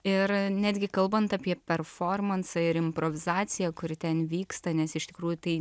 ir netgi kalbant apie performansą ir improvizaciją kuri ten vyksta nes iš tikrųjų tai